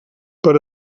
per